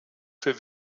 für